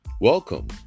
Welcome